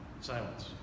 silence